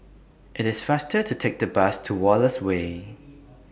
IT IS faster to Take The Bus to Wallace Way